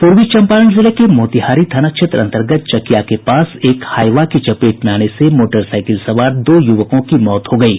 पूर्वी चंपारण जिले के मोतिहारी थाना क्षेत्र अंतर्गत चकिया के पास एक हाईवा की चपेट में आने से मोटरसाइकिल सवार दो युवकों की मौत हो गयी